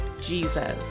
Jesus